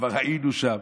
כבר היינו שם.